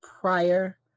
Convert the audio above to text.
prior